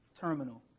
terminal